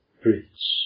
bridge